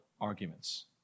arguments